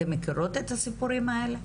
אתן מכירות את הסיפורים האלה?